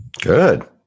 Good